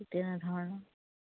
তেনেধৰণৰ